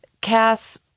Cass